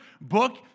book